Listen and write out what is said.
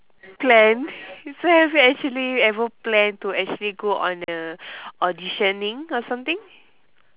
plan so have you actually ever plan to actually go on a auditioning or something